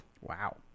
wow